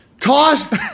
tossed